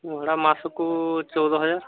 ହଁ ମାସକୁ ଚଉଦ ହଜାର